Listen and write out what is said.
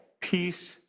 peace